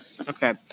Okay